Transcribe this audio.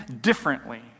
differently